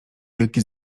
wielki